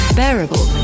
bearable